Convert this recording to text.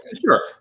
sure